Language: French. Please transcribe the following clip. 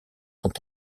sont